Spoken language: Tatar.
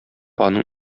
аның